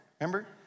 Remember